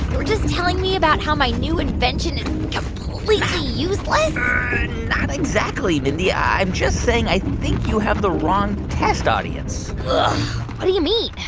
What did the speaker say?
were just telling me about how my new invention is completely useless not exactly, mindy. i'm just saying i think you have the wrong test audience what do you mean?